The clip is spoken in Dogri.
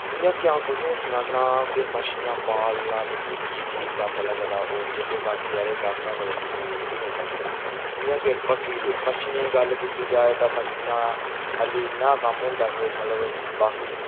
जियां कि अ'ऊं तु'सेंगी सनाना कि मच्छियां पालना मिकी की ठीक कम्म लगदा होर जेह्के बाकी आह्ले कम्म न ओह् ठीक की नी लगदे जियां कि बाकी मच्छियें दी गल्ल कीती जाए तां मच्छियां खाल्ली इन्ना कम्म होंदा के मतलब बाकी